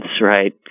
right